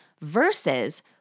versus